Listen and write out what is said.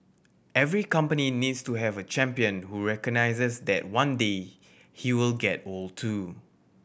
every company needs to have a champion who recognises that one day he will get old too